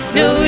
no